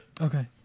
Okay